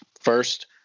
first